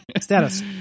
Status